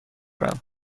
دارم